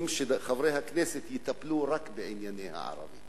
שחברי הכנסת יטפלו רק בענייני הערבים,